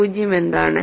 0 എന്താണ്